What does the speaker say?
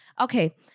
okay